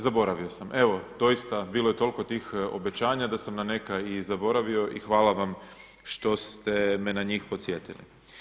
Zaboravio sam evo doista bilo je toliko tih obećanja da sam na neka i zaboravio i hvala vam što ste me na njih podsjetili.